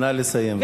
נא לסיים.